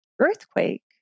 earthquake